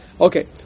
Okay